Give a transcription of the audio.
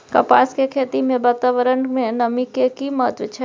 कपास के खेती मे वातावरण में नमी के की महत्व छै?